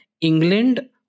England